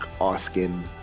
asking